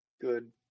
good